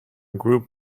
group